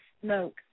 smoke